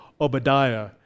Obadiah